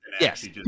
Yes